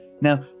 Now